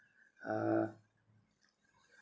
uh